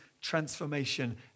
transformation